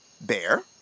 bear